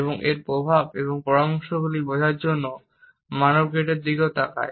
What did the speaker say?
এবং এর প্রভাব এবং পরামর্শগুলি বোঝার জন্য মানব গেটের দিকেও তাকায়